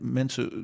mensen